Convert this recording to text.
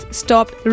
stopped